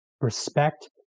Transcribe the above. respect